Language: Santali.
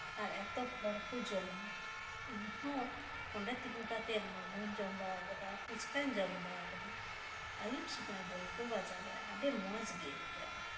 ᱟᱨ ᱮᱛᱚ ᱦᱚᱲᱠᱚ ᱡᱚᱢᱟ ᱤᱧᱦᱚᱸ ᱚᱸᱰᱮ ᱛᱤᱸᱜᱩ ᱠᱟᱛᱮᱫ ᱢᱳᱢᱳᱧ ᱡᱚᱢ ᱵᱟᱲᱟ ᱟᱠᱟᱫᱟ ᱯᱷᱩᱪᱠᱟᱹᱧ ᱡᱚᱢ ᱵᱟᱲᱟᱣᱟᱠᱟᱫᱟ ᱟᱹᱭᱩᱵ ᱥᱩᱢᱟᱹᱭ ᱵᱚᱞᱯᱩᱨ ᱵᱟᱡᱟᱨ ᱨᱮ ᱟᱹᱰᱤ ᱢᱚᱡ ᱜᱮ ᱟᱹᱭᱠᱟᱹᱜ ᱟ